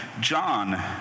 John